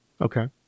Okay